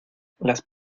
las